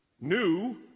new